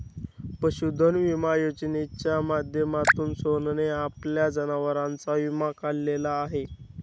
पशुधन विमा योजनेच्या माध्यमातून सोहनने आपल्या जनावरांचा विमा काढलेला आहे